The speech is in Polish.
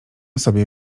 sobie